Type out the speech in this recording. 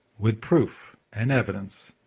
with proof and evidence.